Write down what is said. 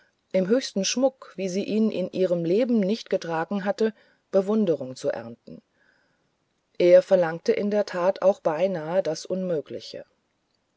im höchsten schmuck wie sie ihn in ihrem leben nicht getragen hatte bewunderung zu ernten er verlangte in der tat auch beinahe das unmögliche